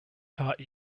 taught